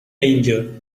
danger